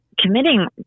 committing